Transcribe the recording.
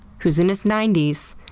who's in his ninety s,